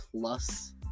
Plus